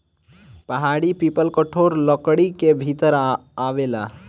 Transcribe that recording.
पहाड़ी पीपल कठोर लकड़ी के भीतर आवेला